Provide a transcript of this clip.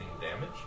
damage